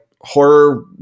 horror